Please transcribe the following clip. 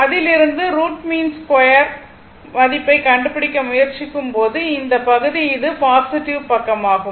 அதிலிருந்து root mean square மதிப்பைக் கண்டுபிடிக்க முயற்சிக்கும்போது இந்த பகுதி இது பாசிட்டிவ் பக்கமாகும்